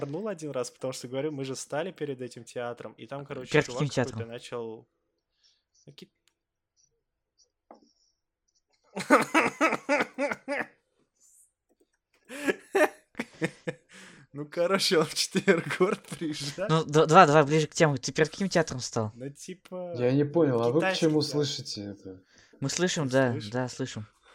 орнул один раз, потому что, говорю, мы же встали перед этим театром, и там, короче, Перед чувак каким какой-то театром? начал- Ну, ки- Ну, короче, он в четыре город приезжает. Ну, д- два, два, ближе к теме. Ты перед каким театром стал? Ну, типа, Я не понял, а вы к китайский чему театр. слышите это? Мы слышим, Ты да, слышишь? да, слышим.